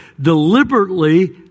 deliberately